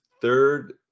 third